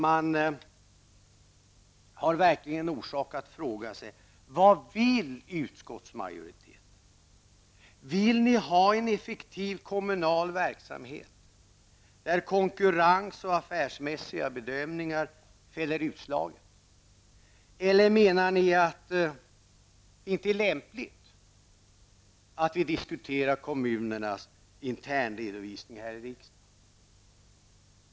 Man har verkligen orsak att fråga sig: Vad vill utskottsmajoriteten? Vill ni ha en effektiv kommunal verksamhet, där konkurrens och affärsmässiga bedömningar fäller utslaget? Eller menar ni att det inte är lämpligt att vi diskuterar kommunernas internredovisning här i riksdagen?